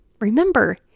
Remember